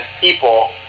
people